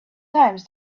times